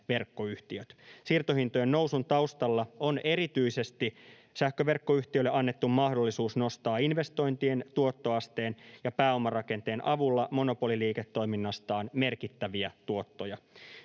Siirtohintojen nousun taustalla on erityisesti sähköverkkoyhtiöille annettu mahdollisuus nostaa monopoliliiketoiminnastaan merkittäviä tuottoja